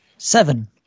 Seven